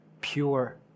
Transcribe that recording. Pure